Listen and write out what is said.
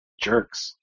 jerks